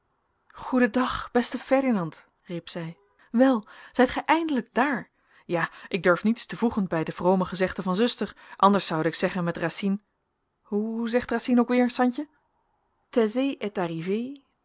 dag beste ferdinand riep zij wèl zijt gij eindelijk daar ja ik durf niets te voegen bij de vrome gezegden van zuster anders zoude ik zeggen met racine hoe zegt racine ook weêr santje